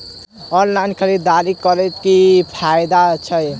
Online खरीददारी करै केँ की फायदा छै?